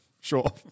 Sure